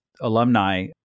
alumni